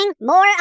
more